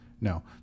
no